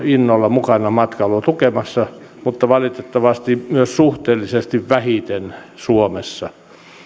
mukana matkailua tukemassa mutta valitettavasti suomessa myös suhteellisesti vähiten